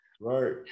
right